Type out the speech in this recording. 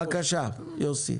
בבקשה, יוסי.